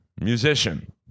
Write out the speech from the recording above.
musician